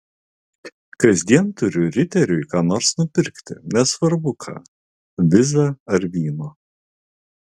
kasdien turiu riteriui ką nors nupirkti nesvarbu ką vizą ar vyno